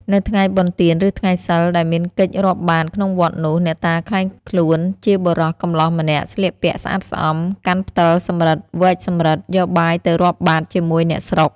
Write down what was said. នៅថ្ងៃបុណ្យទាន ឬថ្ងៃសីល ដែលមានកិច្ចរាប់បាត្រក្នុងវត្តនោះ អ្នកតាក្លែងខ្លួនជាបុរសកំលោះម្នាក់ ស្លៀកពាក់ស្អាតស្អំ កាន់ផ្ដិលសំរឹទ្ធិវែកសំរឹទ្ធិ យកបាយទៅរាប់បាត្រជាមួយអ្នកស្រុក ។